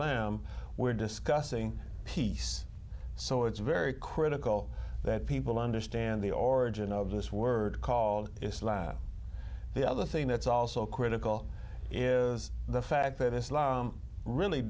islam we're discussing peace so it's very critical that people understand the origin of this word called the other thing that's also critical is the fact that islam really